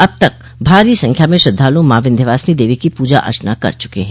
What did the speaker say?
अब तक भारी संख्या में श्रद्धालु मॉ विन्ध्यवासिनी देवी की पूजा अर्चना कर चुके हैं